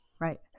right